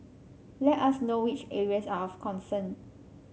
let us know which areas are of concern